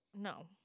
no